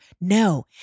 No